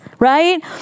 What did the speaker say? Right